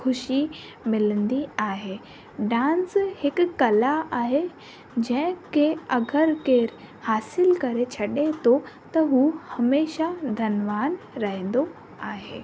ख़ुशी मिलंदी आहे डांस हिकु कला आहे जंहिं खे अगरि केरु हासिलु करे छॾे थो त उहो हमेशह धनवानु रहंदो आहे